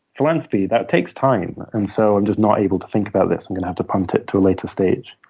philanthropy, that takes time. and so i'm just not able to think about this. i'm going to have to punt it to a later stage.